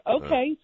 okay